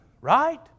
right